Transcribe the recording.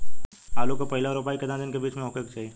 आलू क पहिला रोपाई केतना दिन के बिच में होखे के चाही?